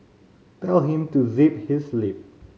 tell him to zip his lip